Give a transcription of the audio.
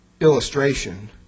illustration